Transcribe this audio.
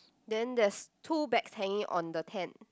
then there's two bags hanging on the tent